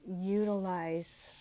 utilize